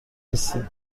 نیستی